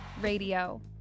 Radio